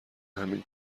همین